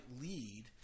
lead